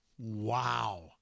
Wow